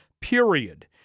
period